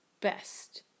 Best